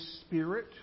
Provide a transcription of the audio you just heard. Spirit